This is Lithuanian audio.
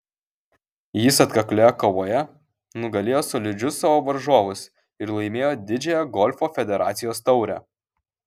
jis atkaklioje kovoje nugalėjo solidžius savo varžovus ir laimėjo didžiąją golfo federacijos taurę